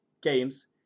games